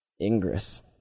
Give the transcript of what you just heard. Ingress